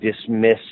dismiss